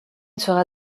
sera